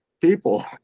people